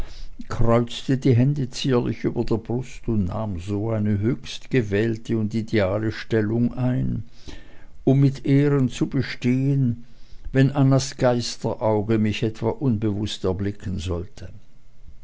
kreuzte die hände zierlich über der brust und nahm so eine höchst gewählte und ideale stellung ein um mit ehren zu bestehen wenn annas geisterauge mich etwa unbewußt erblicken sollte